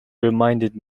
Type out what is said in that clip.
reminded